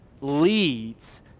leads